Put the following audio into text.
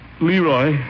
Leroy